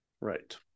Right